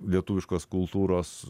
lietuviškos kultūros